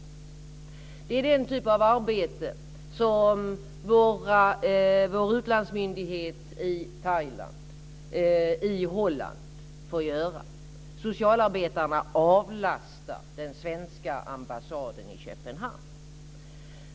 Det är också fråga om den typ av arbete som vår utlandsmyndighet i Thailand respektive Holland får göra. Socialarbetarna avlastar alltså den svenska ambassaden i Köpenhamn.